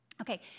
Okay